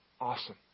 awesome